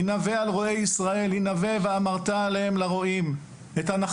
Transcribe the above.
הינבא על רועי ישראל; הינבא ואמרת אליהם לרועים...